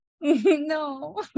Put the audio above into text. No